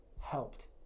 helped